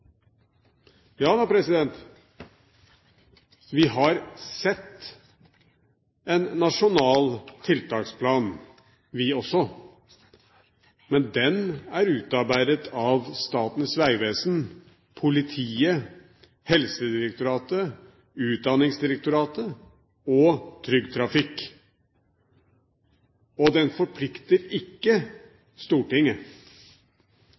vi har sett en nasjonal tiltaksplan, vi også, men den er utarbeidet av Statens vegvesen, Politidirektoratet, Helsedirektoratet, Utdanningsdirektoratet og Trygg Trafikk, og den forplikter